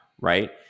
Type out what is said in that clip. right